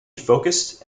focused